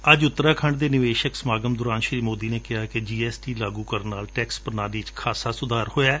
ਅੱਜ ਉਤਰਾਖੰਡ ਦੇ ਨਿਵੇਸ਼ਕ ਸਮਾਗਮ ਦੌਰਾਨ ਸ੍ਰੀ ਸੋਦੀ ਨੇ ਕਿਹਾ ਕਿ ਜੀ ਐਸ ਟੀ ਲਾਗੁ ਕਰਨ ਨਾਲ ਟੈਕਸ ਪ੍ਰਣਾਲੀ ਵਿਚ ਖਾਸਾ ਸੁਧਾਰ ਹੋਇਐ